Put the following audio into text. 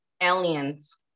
aliens